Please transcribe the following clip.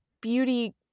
beauty